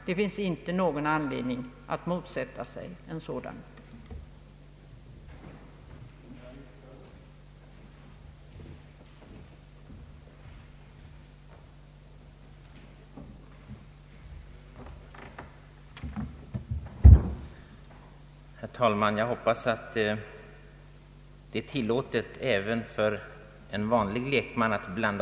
Det finns inte någon anledning att motsätta sig en sådan översyn.